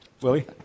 Willie